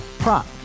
Prop